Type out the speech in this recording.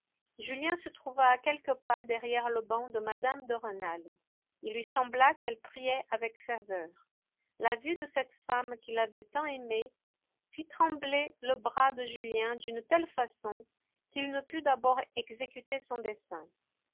julien se trouva à quelques pas derrière le banc de mme de rênal il lui sembla qu'elle priait avec ferveur la vue de cette femme qui l'avait tant aimé fit trembler le bras de julien d'une telle façon qu'il ne put d'abord exécuter son dessein